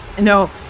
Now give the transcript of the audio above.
No